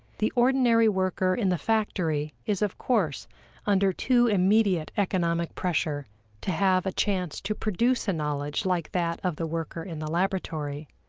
the ordinary worker in the factory is of course under too immediate economic pressure to have a chance to produce a knowledge like that of the worker in the laboratory.